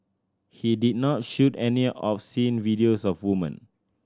he did not shoot any obscene videos of woman